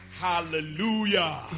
Hallelujah